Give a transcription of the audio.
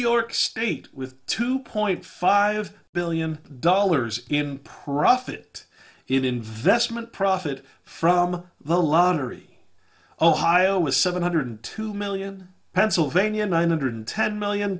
york state with two point five billion dollars in profit it investment profit from the lottery ohio is seven hundred two million pennsylvania nine hundred ten million